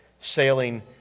sailing